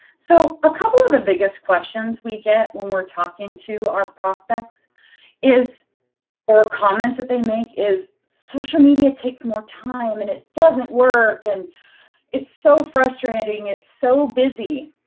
so a couple of the biggest questions we get we're talking to our prospects is or comments that they make is social media takes more time and it doesn't work. and it's it's so frustrating. it's so busy.